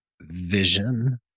vision